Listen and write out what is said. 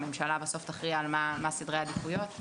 הממשלה בסוף תכריע מה סדרי העדיפויות,